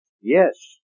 Yes